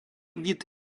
вид